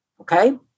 Okay